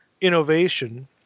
innovation